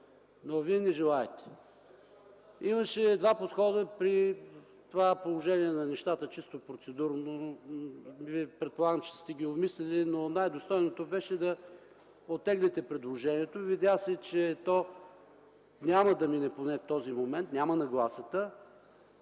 но Вие не желаете. Имаше два подхода при това положение на нещата. Чисто процедурно, предполагам, че сте ги обмислили, но най-достойното беше да оттеглите предложението. Видя се, че то няма да мине поне в този момент, няма я нагласата.